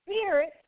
spirit